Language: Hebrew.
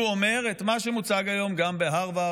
הוא אומר את מה שמוצג היום גם בהרווארד: